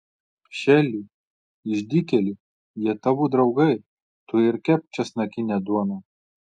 šeli išdykėli jie tavo draugai tu ir kepk česnakinę duoną